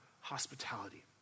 hospitality